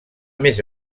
més